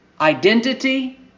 Identity